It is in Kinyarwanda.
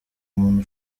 muntu